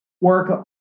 work